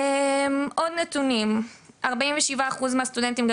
עוד נותנים: כ-47% מכלל הסטודנטים